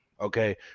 Okay